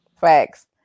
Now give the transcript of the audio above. Facts